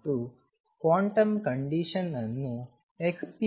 ಮತ್ತು quantum condition ಅನ್ನು xp